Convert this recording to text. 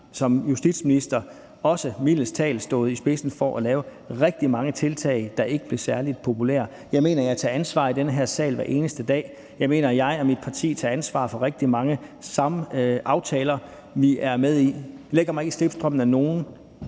som justitsminister også mildest talt stået i spidsen for at lave rigtig mange tiltag, der ikke blev særlig populære. Jeg mener, at jeg tager ansvar i den her sal hver eneste dag, og jeg mener, at jeg og mit parti tager ansvar for rigtig mange aftaler, som vi er med i. Jeg lægger mig ikke i slipstrømmen af nogen,